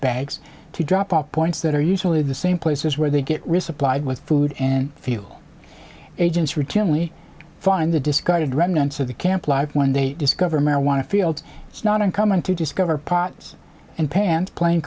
bags to drop off points that are usually the same places where they get resupplied with food and fuel agents routinely find the discarded remnants of the camp live when they discover marijuana fields it's not uncommon to discover pots and pans playing